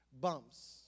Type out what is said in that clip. Bumps